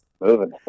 Moving